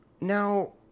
Now